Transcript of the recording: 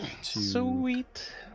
Sweet